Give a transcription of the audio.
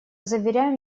заверяем